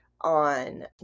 on